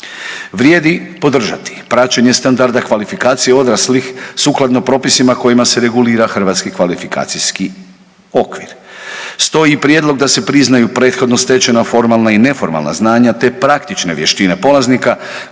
Vrijedi podržati praćenje standarda kvalifikacije odraslih sukladno propisima kojima se regulira hrvatski kvalifikacijski okvir. Stoji prijedlog da se priznaju prethodno stečena formalna i neformalna znanja, te praktične vještine polaznika